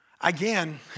Again